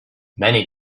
many